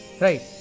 right